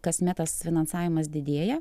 kasmet tas finansavimas didėja